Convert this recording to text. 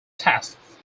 tasks